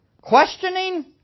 Questioning